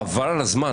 חבל על הזמן,